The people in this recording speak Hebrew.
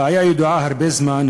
הבעיה ידועה הרבה זמן,